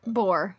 Boar